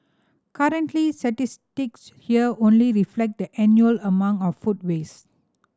currently statistics here only reflect the annual amount of food waste